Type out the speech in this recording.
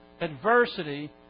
adversity